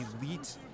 elite